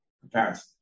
Comparison